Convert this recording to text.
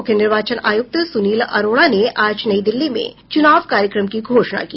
मुख्य निर्वाचन आयुक्त सुनील अरोड़ा ने आज नई दिल्ली में चुनाव कार्यक्रम की घोषणा की